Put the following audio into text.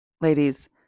ladies